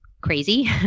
crazy